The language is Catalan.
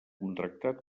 contractat